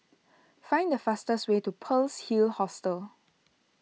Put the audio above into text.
find the fastest way to Pearl's Hill Hostel